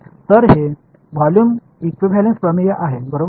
तर हे volume equivalence प्रमेय आहे बरोबर आहे